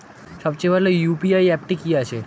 সবচেয়ে ভালো ইউ.পি.আই অ্যাপটি কি আছে?